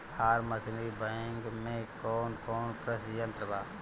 Form machinery bank में कौन कौन कृषि यंत्र बा?